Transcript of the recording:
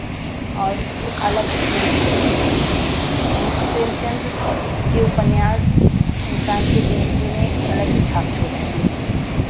और वो अलग ही छवि छोड़ती है मुंशी प्रेमचंद के उपन्यास इंसान के ज़िंदगी में अलग ही छाप छोड़ती हैं